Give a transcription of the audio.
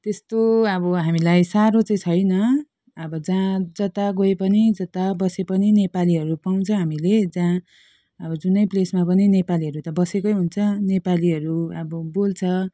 त्यस्तो अब हामीलाई साह्रो चाहिँ छैन अब जहाँ जता गए पनि जता बसे पनि नेपालीहरू पाउँछ हामीले त्यहाँ अब जुनै प्लेसमा पनि नेपालीहरू त बसेकै हुन्छ नेपालीहरू अब बोल्छ